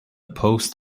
post